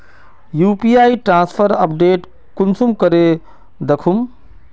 UPI transfer update कुंसम करे दखुम?